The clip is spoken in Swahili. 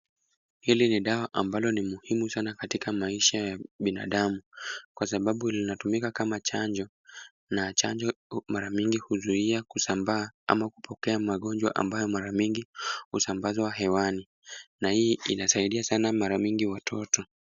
Hili ni dawa ambalo ni muhimu sana katika maisha ya binadamu, kwasababu linatumika kama chanjo, na chanjo mara mingi huzuia kusambaa ama kupokea magonjwa ambayo mara mingi husambazwa hewani, na hii inasaidia sana mara mingi watoto.